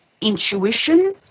intuition